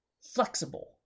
flexible